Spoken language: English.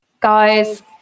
Guys